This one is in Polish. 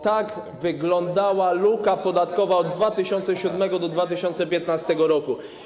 Tak wyglądała luka podatkowa od 2007 r. do 2015 roku.